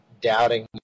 doubting